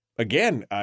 Again